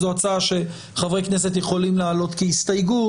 זו הצעה שחברי כנסת יכולים לעלות כהסתייגות.